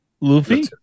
Luffy